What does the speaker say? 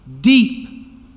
Deep